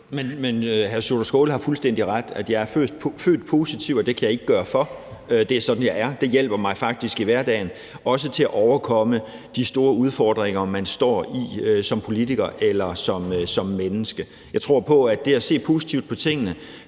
men hr. Sjúrður Skaale har fuldstændig ret i, at jeg er født positiv, og det kan jeg ikke gøre for. Det er sådan, jeg er. Det hjælper mig faktisk i hverdagen og også til at overkomme de store udfordringer, man står med som politiker eller som menneske. Jeg tror på, at det at se positivt på tingene